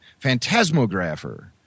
Phantasmographer